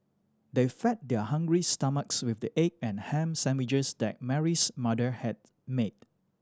they fed their hungry stomachs with the egg and ham sandwiches that Mary's mother had made